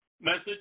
message